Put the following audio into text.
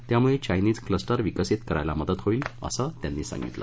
त्यामुळे Chinese cluster विकसीत करण्यात मदत होईल असे त्यांनी सांगितले